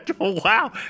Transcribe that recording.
Wow